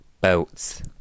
Boats